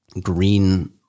green